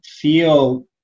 feel